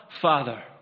Father